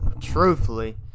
Truthfully